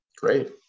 Great